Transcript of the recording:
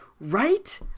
Right